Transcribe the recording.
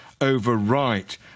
overwrite